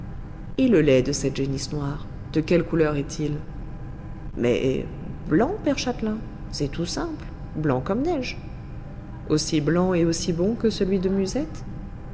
et le lait de cette génisse noire de quelle couleur est-il mais blanc père châtelain c'est tout simple blanc comme neige aussi blanc et aussi bon que celui de musette